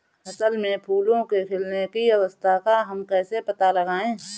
फसल में फूलों के खिलने की अवस्था का हम कैसे पता लगाएं?